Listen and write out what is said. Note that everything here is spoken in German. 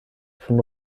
von